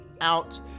out